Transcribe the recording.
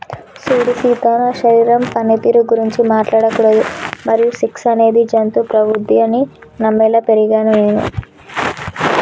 సూడు సీత నా శరీరం పనితీరు గురించి మాట్లాడకూడదు మరియు సెక్స్ అనేది జంతు ప్రవుద్ది అని నమ్మేలా పెరిగినాను నేను